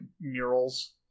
murals